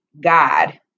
God